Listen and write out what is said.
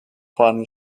funny